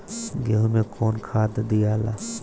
गेहूं मे कौन खाद दियाला?